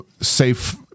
safe